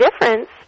difference